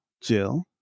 Jill